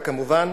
כמובן,